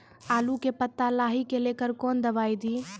आलू के पत्ता लाही के लेकर कौन दवाई दी?